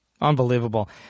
Unbelievable